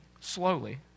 slowly